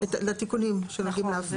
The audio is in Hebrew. לתיקונים שנוגעים.